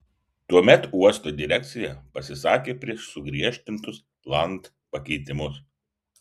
tuomet uosto direkcija pasisakė prieš sugriežtintus land pakeitimus